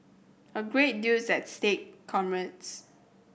a great deal is at stake comrades